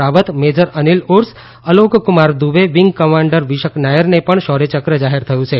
Rawat major Anil Urs Alokkumar Dubey wing commander Vishak નાયરને પણ શોર્યચક્ર જાહેર થયું છે